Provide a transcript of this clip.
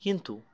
কিন্তু